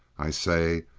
i say,